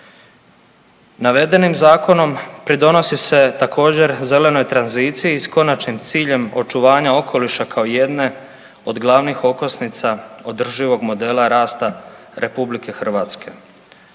Navedenim zakonom pridonosi se također zelenoj tranziciji s konačnim ciljem očuvanja okoliša kao jedne od glavnih okosnica održivog modela rasta RH.